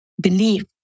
belief